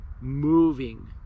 moving